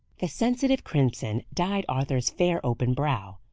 the sensitive crimson dyed arthur's fair open brow.